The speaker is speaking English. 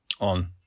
On